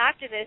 activists